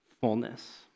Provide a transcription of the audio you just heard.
fullness